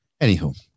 Anywho